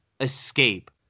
escape